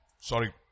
Sorry